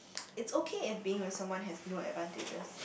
it's okay if being with someone has no advantages